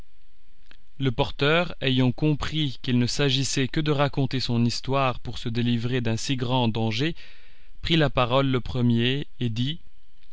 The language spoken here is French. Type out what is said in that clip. le porteur ayant compris qu'il ne s'agissait que de raconter son histoire pour se délivrer d'un si grand danger prit la parole le premier et dit